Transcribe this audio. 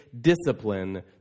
discipline